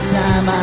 time